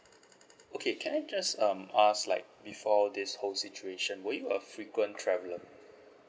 okay can I just um ask like before all this whole situation were you a frequent traveller